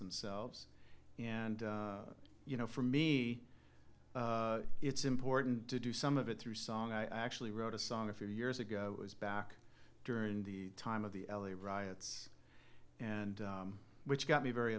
themselves and you know for me it's important to do some of it through song i actually wrote a song a few years ago it was back during the time of the l a riots and which got me very